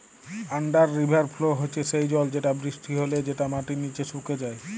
under river flow হচ্যে সেই জল যেটা বৃষ্টি হলে যেটা মাটির নিচে সুকে যায়